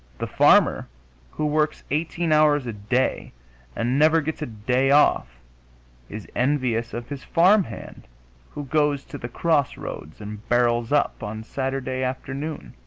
the farmer who works eighteen hours a day and never gets a day off is envious of his farmhand who goes to the crossroads and barrels up on saturday afternoon